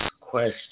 question